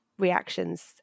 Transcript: reactions